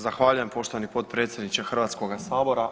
Zahvaljujem poštovani potpredsjedniče Hrvatskoga sabora.